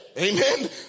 Amen